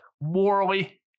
morally